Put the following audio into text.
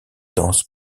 danse